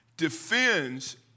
Defends